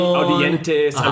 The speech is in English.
audientes